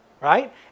right